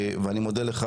אני מודה לך,